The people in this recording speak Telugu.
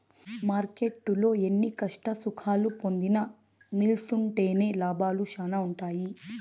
మార్కెట్టులో ఎన్ని కష్టసుఖాలు పొందినా నిల్సుంటేనే లాభాలు శానా ఉంటాయి